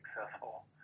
successful